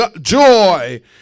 Joy